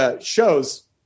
shows –